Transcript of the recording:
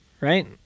right